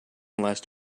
last